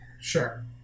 Sure